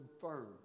firm